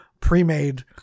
pre-made